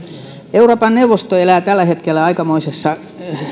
euroopan neuvosto elää tällä hetkellä aikamoisessa